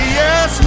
yes